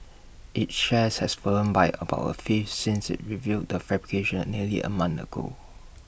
its shares has fallen by about A fifth since IT revealed the fabrication nearly A month ago